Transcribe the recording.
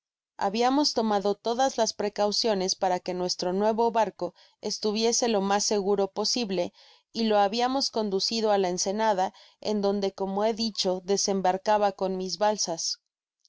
habiamos tomado todas las precauciones para que nuestro nuevo barco estuviese lo mas seguro posible y lo habiamos conducido á la ensenada eu donde como he dicho desembarcaba con mis balsas